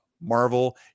marvel